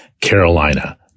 Carolina